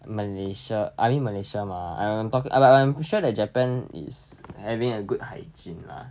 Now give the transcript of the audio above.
malaysia I mean malaysia mah I'm talking a~ but I'm sure that japan is having a good hygiene mah